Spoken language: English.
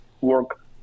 work